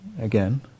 again